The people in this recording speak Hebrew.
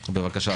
בבקשה.